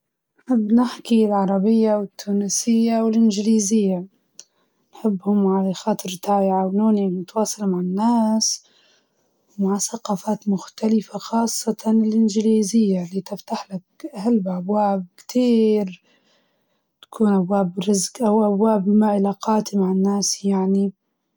تتكلم توا بالعربي والإنجليزي، العربي لإنها هويتنا، والإنجليزي لإنها تفتح لك أبواب وفرص أكتر في الحياة.